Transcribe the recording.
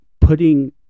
putting